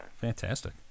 Fantastic